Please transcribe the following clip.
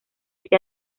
este